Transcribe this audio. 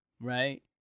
right